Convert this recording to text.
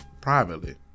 privately